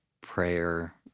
prayer